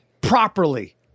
properly